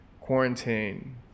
quarantine